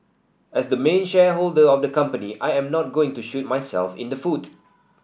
as the main shareholder of the company I am not going to shoot myself in the foot